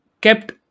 kept